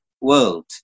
world